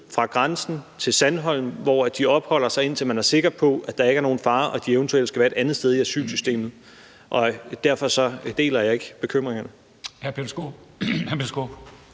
fra grænsen til Center Sandholm, hvor de opholder sig, indtil man er sikker på, at der ikke er nogen fare og de eventuelt skal være et andet sted i asylsystemet. Derfor deler jeg ikke bekymringerne.